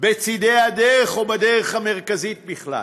בצדי הדרך או בדרך המרכזית בכלל.